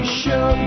show